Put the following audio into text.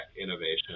innovation